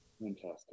fantastic